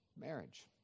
marriage